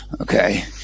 okay